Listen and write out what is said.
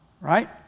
right